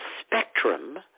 spectrum